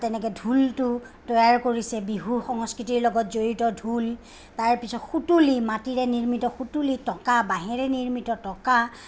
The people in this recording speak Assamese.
বা তেনেকে ঢোলটো তৈয়াৰ কৰিছে বিহু সংস্কৃতিৰ লগত জড়িত ঢোল তাৰ পিছত সুতুলী মাটিৰে নিৰ্মিত সুতুলী টকা বাঁহেৰে নিৰ্মিত টকা